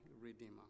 redeemer